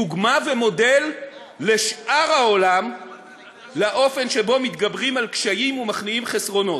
דוגמה ומודל לשאר העולם לאופן שבו מתגברים על קשיים ומכניעים חסרונות.